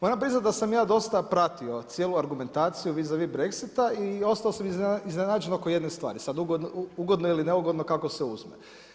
Moram priznati da sam ja dosta pratio cijelu argumentaciju vis a vis Brexita i ostao sam iznenađen oko jedne stvari, sada ugodno ili neugodno kako se uzme.